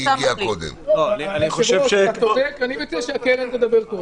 אני מציע שהקרן תדבר קודם.